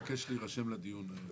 אני מבקש להירשם לדיון.